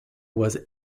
was